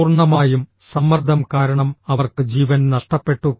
പൂർണ്ണമായും സമ്മർദ്ദം കാരണം അവർക്ക് ജീവൻ നഷ്ടപ്പെട്ടു